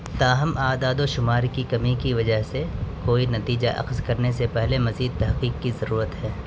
تاہم اعداد و شمار کی کمی کی وجہ سے کوئی نتیجہ اخذ کرنے سے پہلے مزید تحقیق کی ضرورت ہے